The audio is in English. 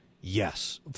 Yes